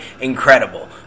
incredible